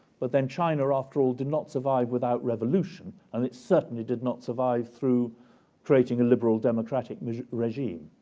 but then china, after all, did not survive without revolution and it certainly did not survive through creating a liberal democratic regime.